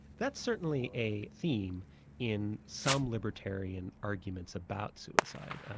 that's certainly a theme in some libertarian arguments about suicide.